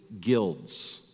guilds